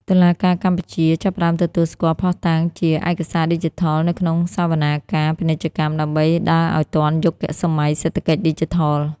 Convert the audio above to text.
តុលាការកម្ពុជាចាប់ផ្ដើមទទួលស្គាល់ភស្តុតាងជា "ឯកសារឌីជីថល" នៅក្នុងសវនាការពាណិជ្ជកម្ម ដើម្បីដើរឱ្យទាន់យុគសម័យសេដ្ឋកិច្ចឌីជីថល។